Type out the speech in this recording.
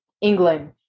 England